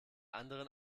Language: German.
anderen